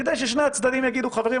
כדי ששני הצדדים יגידו: חברים,